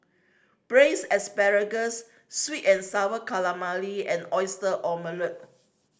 Braised Asparagus sweet and Sour Calamari and Oyster Omelette